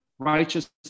righteousness